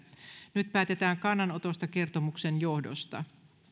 nyt päätetään kannanotosta kertomuksen johdosta